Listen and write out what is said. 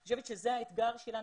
אני חושבת שזה האתגר שלנו,